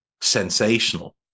sensational